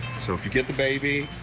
so if you get the baby,